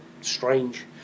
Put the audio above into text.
strange